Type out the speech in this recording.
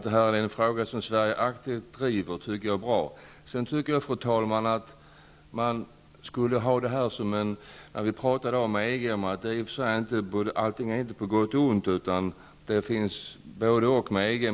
Det är bra att Sverige aktivt driver den här frågan. Det här med EG är i och för sig inte bara på gott och ont, utan det finns också mycket av både--och.